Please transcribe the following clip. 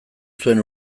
zuen